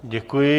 Děkuji.